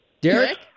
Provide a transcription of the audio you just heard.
Derek